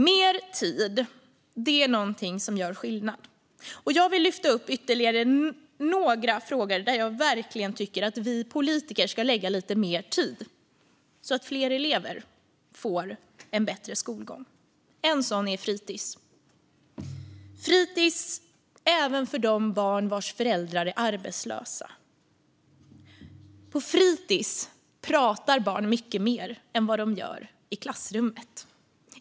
Mer tid är någonting som gör skillnad, och jag vill därför lyfta upp ytterligare några frågor där jag verkligen tycker att vi politiker ska lägga lite mer tid så att fler elever får en bättre skolgång. En sådan är fritis även för de barn vars föräldrar är arbetslösa. På fritis pratar barn mycket mer än vad de gör i klassrummet.